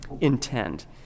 intend